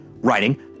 writing